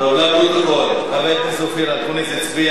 לפרוטוקול, חבר הכנסת אופיר אקוניס הצביע